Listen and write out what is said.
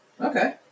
okay